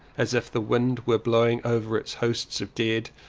as if the wind were blowing over its hosts of dead,